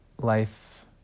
life